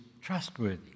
trustworthy